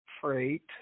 freight